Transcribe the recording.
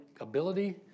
ability